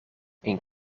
een